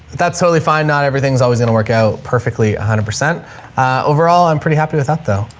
that's totally fine. not everything's always gonna work out perfectly. a hundred percent overall. i'm pretty happy with that though.